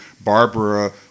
Barbara